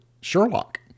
Sherlock